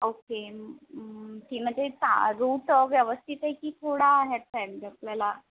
okay की म्हणजे ता रूट व्यवस्थित आहे की थोडा ह्याचा आहे म्हणजे आपल्याला